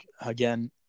again